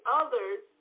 others